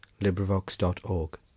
LibriVox.org